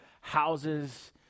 houses